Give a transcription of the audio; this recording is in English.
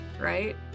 right